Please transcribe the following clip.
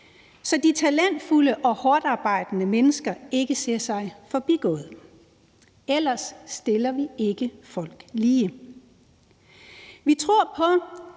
så de talentfulde og hårdtarbejdende mennesker ikke ser sig forbigået. Ellers stiller vi ikke folk lige. Vi tror på,